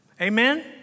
amen